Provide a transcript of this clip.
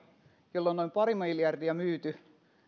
jolloin noin pari miljardia on myyty